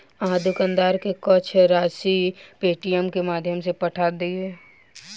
अहाँ दुकानदार के किछ राशि पेटीएमम के माध्यम सॅ पठा दियौ